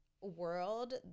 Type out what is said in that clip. world